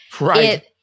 Right